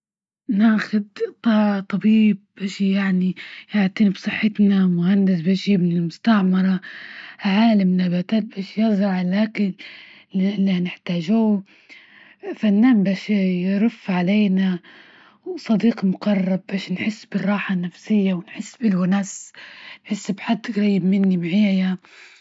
ناخد طا-طبيب إيش يعني يعتني بصحتنا، مهندس بجيب من المستعمرة، عالم نباتات باش يزرع الأكل نحتاجوه فنان باش يرف علينا، وصديق مقرب باش نحس بالراحة النفسية، ونحس بالونس، نحس بحد جريب مني معاي.